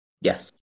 Yes